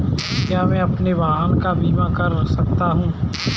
क्या मैं अपने वाहन का बीमा कर सकता हूँ?